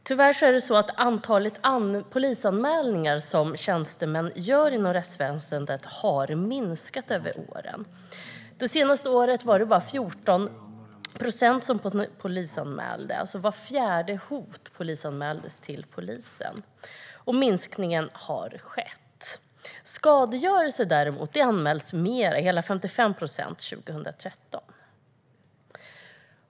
Tyvärr har antalet polisanmälningar som tjänstemän inom rättsväsendet gör minskat över åren. Det senaste året var det bara 14 procent som polisanmälde, och vart fjärde hot polisanmäldes. Minskningen har alltså skett. Skadegörelse däremot anmäls mer - hela 55 procent 2013.